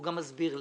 הוא גם מסביר למה.